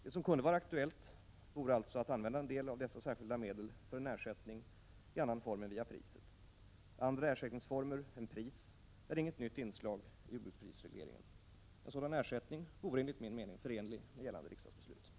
Det som kunde vara aktuellt vore alltså att använda en del av dessa särskilda medel för en ersättning i annan form än via priset. Andra ersättningsformer än pris är inget nytt inslag i jordbruksprisregleringen. En sådan ersättning vore enligt min mening förenlig med gällande riksdagsbeslut.